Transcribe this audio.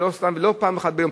ולא פעם אחת ביום,